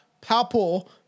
palpable